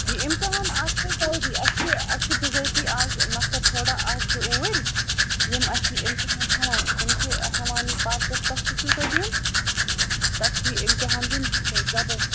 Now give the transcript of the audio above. یہِ اِمتِحان آسہِ وۄنۍ جَلدی اَسہِ چھِ اَسہِ چھِ بِذٲتی اَز نفر تھوڑا اَکھ زٕ اوٗرۍ یِم اَسہِ یہِ اِمتحان ہٮ۪وان چھِ تِم چھِ ہٮ۪وان یہِ پَرچَس پٮ۪ٹھ تہِ چھُو تۄہہِ دِیُن تۄہہِ چھُو یہِ اِمتِحان دِیُن زَبٲنۍ